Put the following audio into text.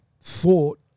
thought